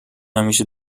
همیشه